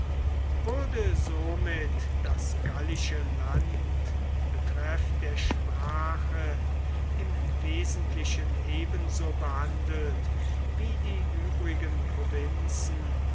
wurde somit das gallische land in betreff der sprache im wesentlichen ebenso behandelt wie die übrigen provinzen